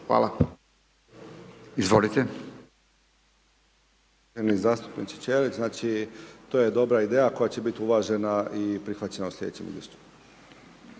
hvala. Izvolite